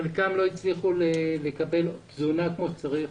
חלקם לא הצליחו לקבל תזונה כמו שצריך,